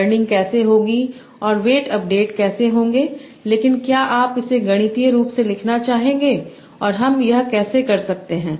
learning कैसे होगी और वेट अपडेट कैसे होंगे लेकिन क्या आप इसे गणितीय रूप से लिखना चाहते हैं और हम यह कैसे करते हैं